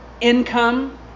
income